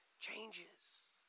changes